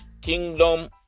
kingdom